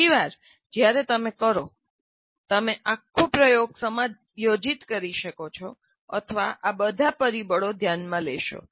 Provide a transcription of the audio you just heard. બીજીવાર જ્યારે તમે કરો ત્યારે તમે આખું પ્રયોગ સમાયોજિત કરી શકો છો અથવા આ બધા પરિબળો ધ્યાનમાં લેશો